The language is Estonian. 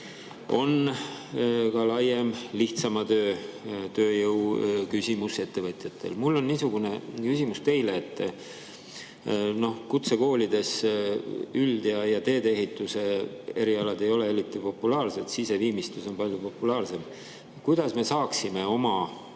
on ka laiem, lihtsama tööjõu küsimus ettevõtjatel. Mul on niisugune küsimus teile. Kutsekoolides üld- ja teedeehituse erialad ei ole eriti populaarsed, siseviimistlus on palju populaarsem. Kuidas me saaksime oma